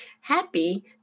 happy